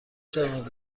توانید